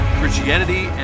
Christianity